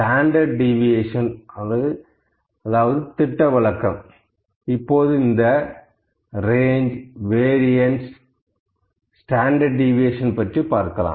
standard deviation திட்டவிலக்கம் இப்போது இந்த ரேஞ்ச் வேரீஅந்ஸ ஸ்டாண்டர்டு டீவீஏசன் பற்றி பார்க்கலாம்